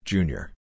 Junior